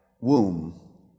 womb